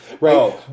Right